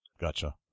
Gotcha